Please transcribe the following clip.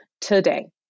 today